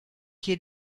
hier